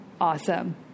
Awesome